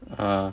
ya